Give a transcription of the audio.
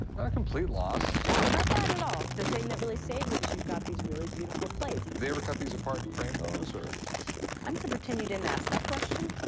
a complete loss. no, not bad at all. the thing that really saves it is you've got these really beautiful plates. they ever cut these apart and frame those or i'm going to pretend you didn't ask that question.